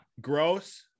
gross